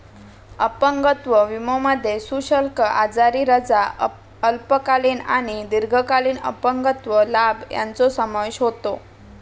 अपंगत्व विमोमध्ये सशुल्क आजारी रजा, अल्पकालीन आणि दीर्घकालीन अपंगत्व लाभ यांचो समावेश होता